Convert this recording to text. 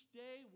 day